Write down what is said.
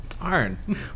Darn